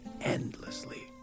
endlessly